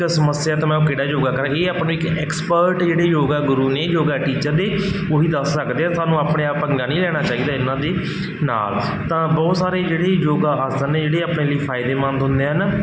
ਇੱਕ ਸਮੱਸਿਆ ਤੋਂ ਮੈਂ ਉਹ ਕਿਹੜਾ ਯੋਗਾ ਕਰਾਂ ਇਹ ਆਪਾਂ ਨੂੰ ਇੱਕ ਐਕਸਪਰਟ ਜਿਹੜੇ ਯੋਗਾ ਗੁਰੂ ਨੇ ਯੋਗਾ ਟੀਚਰ ਨੇ ਉਹੀ ਦੱਸ ਸਕਦੇ ਆ ਸਾਨੂੰ ਆਪਣੇ ਆਪ ਪੰਗਾ ਨਹੀਂ ਲੈਣਾ ਚਾਹੀਦਾ ਇਹਨਾਂ ਦੇ ਨਾਲ ਤਾਂ ਬਹੁਤ ਸਾਰੇ ਜਿਹੜੇ ਯੋਗਾ ਆਸਣ ਨੇ ਜਿਹੜੇ ਆਪਣੇ ਲਈ ਫਾਇਦੇਮੰਦ ਹੁੰਦੇ ਹਨ